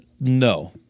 No